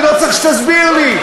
אני לא צריך שתסביר לי.